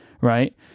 right